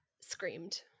screamed